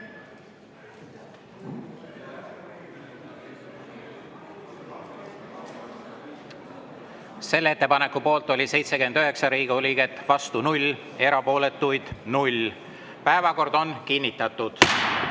Selle ettepaneku poolt oli 79 Riigikogu liiget, vastu 0, erapooletuid 0. Päevakord on kinnitatud.